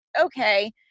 okay